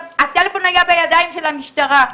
הטלפון היה בידיים של המשטרה.